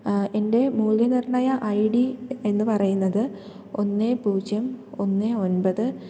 എൻ്റെ മൂല്യനിർണയ I D എന്ന് പറയുന്നത് ഒന്ന് പൂജ്യം ഒന്ന് ഒൻപത്